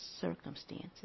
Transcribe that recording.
circumstances